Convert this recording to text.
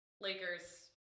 Lakers